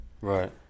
Right